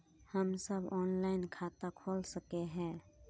हम सब ऑनलाइन खाता खोल सके है?